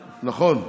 נכון,